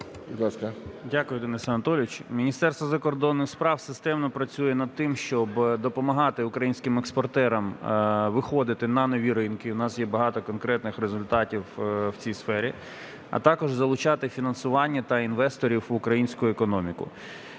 Дякую, Денис Анатолійович. Міністерство закордонних справ системно працює над тим, щоб допомагати українським експортерам виходити на нові ринки (у нас є багато конкретних результатів в цій сфері), а також залучати фінансування та інвесторів в українську економіку.